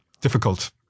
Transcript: difficult